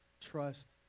trust